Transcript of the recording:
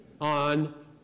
on